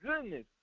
goodness